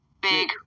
Big